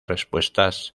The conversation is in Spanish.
respuestas